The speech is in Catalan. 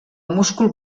múscul